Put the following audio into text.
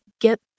get